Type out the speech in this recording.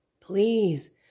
please